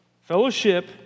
Fellowship